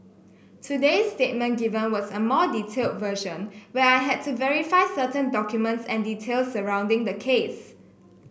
today's statement given was a more detailed version where I had to verify certain documents and details surrounding the case